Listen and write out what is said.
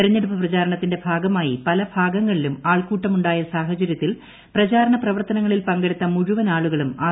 തെരഞ്ഞെടുപ്പ് പ്രചാരണത്തിന്റെ ഭാഗമായി പല ഭാഗങ്ങളിലും ആൾക്കൂട്ടമുണ്ടായ സാഹചര്യത്തിൽ പ്രചാരണ പ്രവർത്തനങ്ങ ളിൽ പങ്കെടുത്ത മുഴുവൻ ആളുകളും ആർ